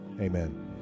amen